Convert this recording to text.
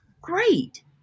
Great